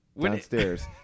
downstairs